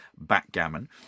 backgammon